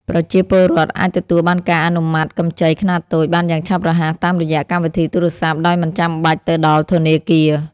ប្រជាពលរដ្ឋអាចទទួលបានការអនុម័តកម្ចីខ្នាតតូចបានយ៉ាងឆាប់រហ័សតាមរយៈកម្មវិធីទូរស័ព្ទដោយមិនចាំបាច់ទៅដល់ធនាគារ។